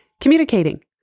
Communicating